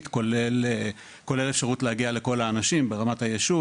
כולל אפשרות להגיע לכל האנשים ברמת היישוב.